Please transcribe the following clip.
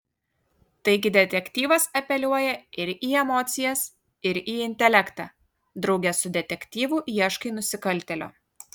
taigi detektyvas apeliuoja ir į emocijas ir į intelektą drauge su detektyvu ieškai nusikaltėlio